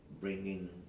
bringing